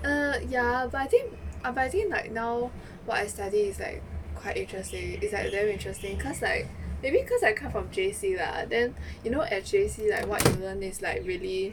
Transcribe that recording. err ya but I think but I think like now what I study is like quite interesting it's like damn interesting cause like maybe because I come from J_C lah then you know at J_C like what you learn is like really